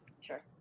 Sure